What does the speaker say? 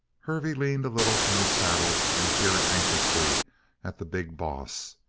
hervey leaned a little from the saddle and peered anxiously at the big boss.